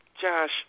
Josh